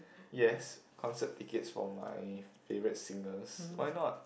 yes concert tickets from my favourite singers why not